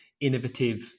innovative